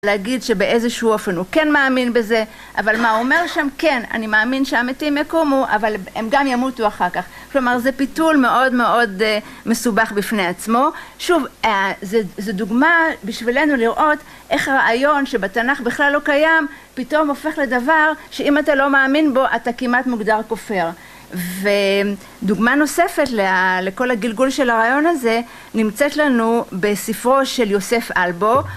להגיד שבאיזשהו אופן הוא כן מאמין בזה אבל מה אומר שם כן אני מאמין שהמתים יקומו אבל הם גם ימותו אחר כך. כלומר זה פיתול מאוד מאוד מסובך בפני עצמו. שוב זה דוגמה בשבילנו לראות איך הרעיון שבתנ"ך בכלל לא קיים פתאום הופך לדבר שאם אתה לא מאמין בו אתה כמעט מוגדר כופר. ודוגמה נוספת לכל הגלגול של הרעיון הזה נמצאת לנו בספרו של יוסף אלבו